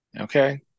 Okay